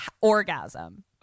orgasm